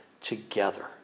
together